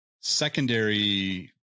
secondary